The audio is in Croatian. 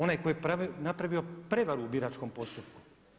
Onaj tko je napravio prevaru u biračkom postupku.